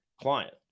client